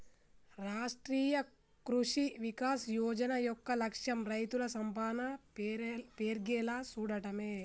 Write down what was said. రాష్ట్రీయ కృషి వికాస్ యోజన యొక్క లక్ష్యం రైతుల సంపాదన పెర్గేలా సూడటమే